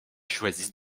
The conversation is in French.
choisissent